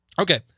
Okay